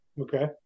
Okay